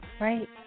right